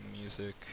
music